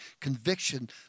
Conviction